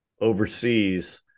overseas